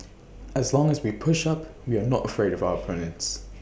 as long as we push up we are not afraid of our opponents